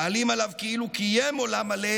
מעלים עליו כאילו קיים עולם מלא"